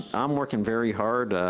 i'm working very hard,